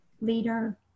leader